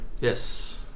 Yes